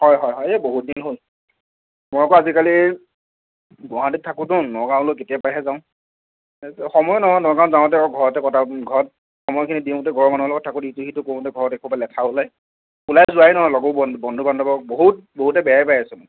হয় হয় হয় এ বহুত দিন হ'ল মই আকৌ আজিকালি গুৱাহাটীত থাকোঁতো নগাঁৱলৈ কেতিয়াবাহে যাওঁ সময় নহয় নগাঁৱত যাওঁতে ঘৰতে কটাওঁ ঘৰত সময়খিনি দিওঁতে ঘৰৰ মানুহখিনিৰ লগত থাকোঁতে ইটো সিটো কৰোঁতে ঘৰত এসোপা লেঠা ওলাই ওলাই যোৱাই নহয় লগৰ বন্ধু বান্ধৱক বহুত বহুতে বেয়াই পাই আছে